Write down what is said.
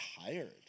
tired